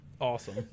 Awesome